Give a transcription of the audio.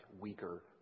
weaker